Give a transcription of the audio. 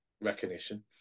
recognition